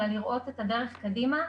אלא לראות את הדרך קדימה.